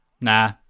Nah